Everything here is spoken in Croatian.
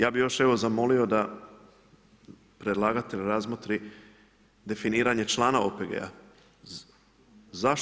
Ja bih još evo zamolio da predlagatelj razmotri definiranje člana OPG-a.